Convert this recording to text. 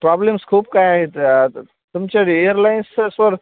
problems खूप काय आहेत आता तुमच्या एअरलाईन्सचं सर